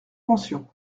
pension